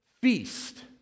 feast